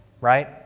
right